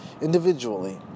individually